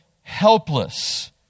helpless